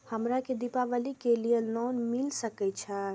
हमरा के दीपावली के लीऐ लोन मिल सके छे?